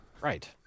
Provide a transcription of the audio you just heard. Right